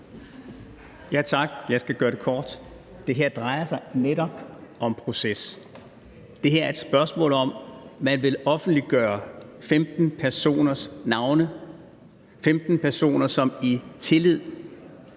Tak. Jeg skal gøre det kort. Det her drejer sig netop om proces. Det her er et spørgsmål om, at man vil offentliggøre 15 personers navne; 15 personer, som i tillid